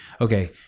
Okay